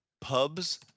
Pub's